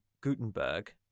Gutenberg